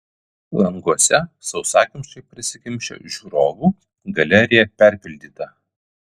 languose sausakimšai prisikimšę žiūrovų galerija perpildyta